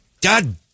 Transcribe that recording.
God